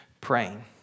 praying